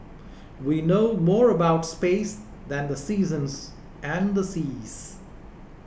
we know more about space than the seasons and seas